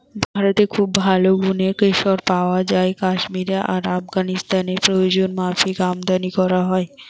ভারতে খুব ভালো গুনের কেশর পায়া যায় কাশ্মীরে আর আফগানিস্তানে প্রয়োজনমাফিক আমদানী কোরা হয়